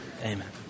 Amen